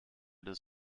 des